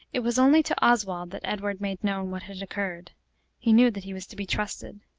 it was only to oswald that edward made known what had occurred he knew that he was to be trusted.